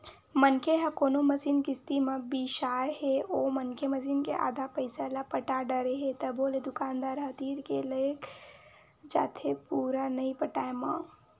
मनखे ह कोनो मसीन किस्ती म बिसाय हे ओ मनखे मसीन के आधा पइसा ल पटा डरे हे तभो ले दुकानदार ह तीर के लेग जाथे पुरा नइ पटाय म